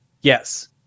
Yes